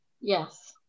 Yes